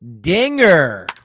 dinger